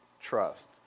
trust